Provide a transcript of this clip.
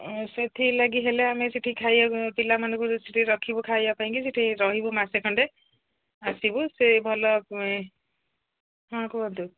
ହଁ ସେଥିଲାଗି ହେଲେ ଆମେ ସେଠି ଖାଇବା ପିଲାମାନଙ୍କୁ ସେଠି ରଖିବୁ ଖାଇବା ପାଇଁକି ସେଠି ରହିବୁ ମାସେ ଖଣ୍ଡେ ଆସିବୁ ସେ ଭଲ ହଁ କୁହନ୍ତୁ